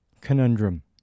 conundrum